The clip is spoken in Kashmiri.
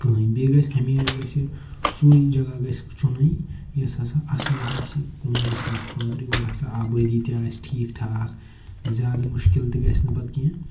کٕہۭنۍ بیٚیہِ گژھِ ہَمیشہٕ گژھِ سُے جگہ گژھِ چُنٕنۍ یُس ہسا اَصٕل آسہِ کُن گژھنَس خٲطرٕ یور ہسا آبٲدی تہِ آسہِ ٹھیٖک ٹھاک زیادٕ مُشکِل تہِ گژھِ نہٕ پَتہٕ کیٚنہہ